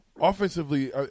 Offensively